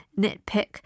nitpick